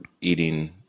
eating